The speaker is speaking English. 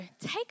take